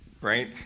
right